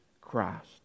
Christ